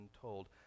told